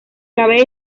cabe